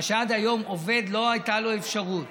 מה שעד היום, עובד, לא הייתה לו אפשרות